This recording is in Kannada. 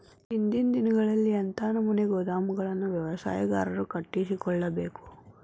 ಇಂದಿನ ದಿನಗಳಲ್ಲಿ ಎಂಥ ನಮೂನೆ ಗೋದಾಮುಗಳನ್ನು ವ್ಯವಸಾಯಗಾರರು ಕಟ್ಟಿಸಿಕೊಳ್ಳಬೇಕು?